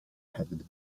had